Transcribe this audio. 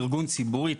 ארגון ציבורי,